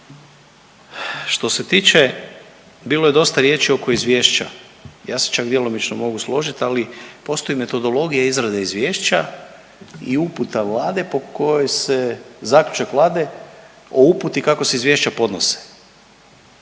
Što se tiče, bilo je dosta riječi oko izvješća, ja se čak djelomično mogu složit, ali postoji metodologija izrade izvješća i uputa Vlade po kojoj se, zaključak Vlade o uputi kako se izvješća podnose